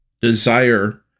desire